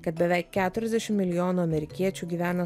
kad beveik keturiasdešim milijonų amerikiečių gyvena